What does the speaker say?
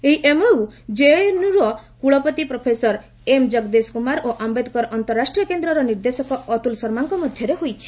ଏହି ଏମଓୟୁ କେଏନୟୁର କୁଳପତି ପ୍ରଫେସର ଏମ କଗଦେଶକୁମାର ଓ ଆୟେଦକର ଆନ୍ତରାଷ୍ଟ୍ରୀୟ କେନ୍ଦ୍ରର ନିର୍ଦ୍ଦେଶକ ଅତୁଲ ଶର୍ମାଙ୍କ ମଧ୍ୟରେ ହୋଇଛି